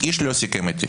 איש לא סיכם איתי.